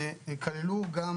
כללו גם